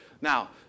Now